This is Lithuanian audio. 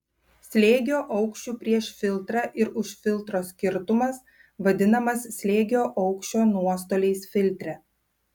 slėgio aukščių prieš filtrą ir už filtro skirtumas vadinamas slėgio aukščio nuostoliais filtre